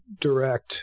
direct